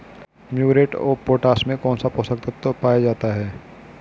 Muriate of potash में कौन सा पोषक तत्व पाया जाता है?